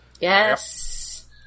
Yes